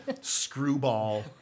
screwball